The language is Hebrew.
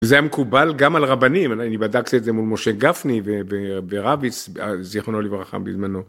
זה היה מקובל גם על רבנים, אני בדקתי את זה מול משה גפני ורביץ, זיכרונו לברכה בזמנו.